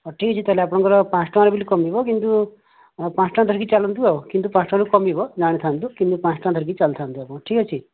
ହେଉ ଠିକ ଅଛି ତାହେଲେ ଆପଣଙ୍କର ପାଞ୍ଚ ଟଙ୍କା ବୋଲି କମିବ କିନ୍ତୁ ପାଞ୍ଚ ଟଙ୍କା ଧରିକି ଚାଲନ୍ତୁ ଆଉ କିନ୍ତୁ ପାଞ୍ଚଟଙ୍କା କମିବ ଜାଣିଥାନ୍ତୁ ପାଞ୍ଚଟଙ୍କା ଧରିକି ଚାଲୁଥାନ୍ତୁ ଆପଣ ଠିକ ଅଛି